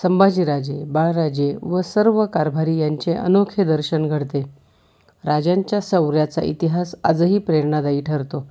संभाजीराजे बाळराजे व सर्व कारभारी यांचे अनोखे दर्शन घडते राजांच्या शौर्याचा इतिहास आजही प्रेरणादायी ठरतो